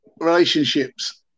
relationships